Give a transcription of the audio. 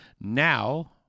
Now